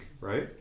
right